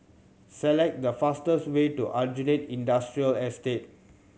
select the fastest way to Aljunied Industrial Estate